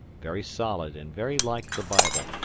very solid and very like the bible,